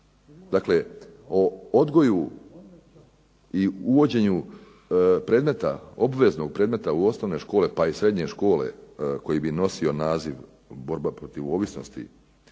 dakle o odgoju i uvođenju obveznog predmeta u osnovne škole, pa i srednje škole koji bi nosio naziv borba protiv ovisnosti